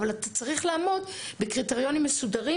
אבל אתה צריך לעמוד בקריטריונים מסודרים